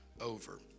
over